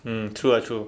mm true ah true